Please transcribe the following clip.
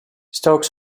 stokes